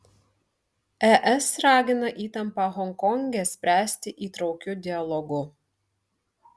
es ragina įtampą honkonge spręsti įtraukiu dialogu